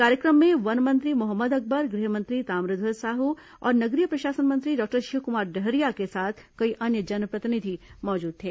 कार्यक्रम में वन मंत्री मोहम्मद अकबर गृह मंत्री ताम्रध्वज साहू और नगरीय प्रशासन मंत्री डॉक्टर शिवकुमार डहरिया के साथ कई अन्य जनप्रतिनिधि मौजूद थे